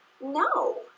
No